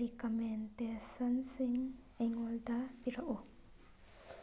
ꯔꯤꯀꯃꯦꯟꯗꯦꯁꯟꯁꯤꯡ ꯑꯩꯉꯣꯟꯗ ꯄꯤꯔꯛꯎ